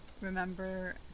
remember